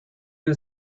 you